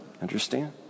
Understand